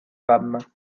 femmes